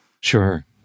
Sure